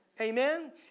Amen